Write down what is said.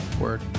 Word